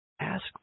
Ask